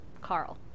Carl